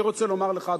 ואני רוצה לומר לך,